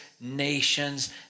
nations